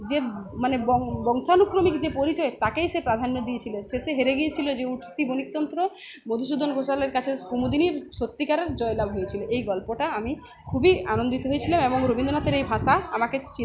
যে মানে বংশানুক্রমিক যে পরিচয় তাকেই সে প্রাধান্য দিয়েছিলো শেষে হেরে গিয়েছিলো যে উঠতি বণিকতন্ত্র মধুসূদন ঘোষালের কাছে কুমুদিনির সত্যিকার জয়লাভ হয়েছিলো এই গল্পটা আমি খুবই আনন্দিত হয়েছিলাম এবং রবীন্দ্রনাথের এই ভাষা আমাকে ছিল